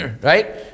right